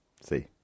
See